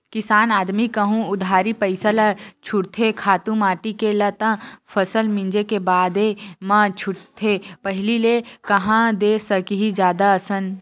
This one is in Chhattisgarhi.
किसान आदमी कहूँ उधारी पइसा ल छूटथे खातू माटी के ल त फसल मिंजे के बादे म छूटथे पहिली ले कांहा दे सकही जादा असन